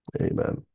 Amen